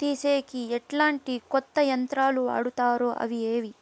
తీసేకి ఎట్లాంటి కొత్త యంత్రాలు వాడుతారు అవి ఏవి?